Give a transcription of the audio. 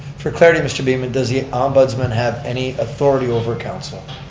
for clarity mr. beaman, does the ombudsman have any authority over council?